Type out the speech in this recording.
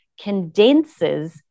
condenses